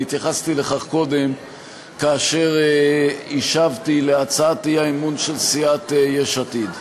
התייחסתי לכך קודם כאשר השבתי על הצעת האי-אמון של סיעת יש עתיד.